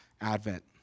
Advent